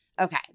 Okay